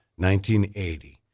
1980